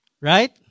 Right